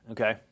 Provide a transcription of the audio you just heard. Okay